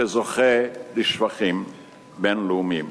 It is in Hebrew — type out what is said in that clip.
שזוכה לשבחים בין-לאומיים.